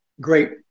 great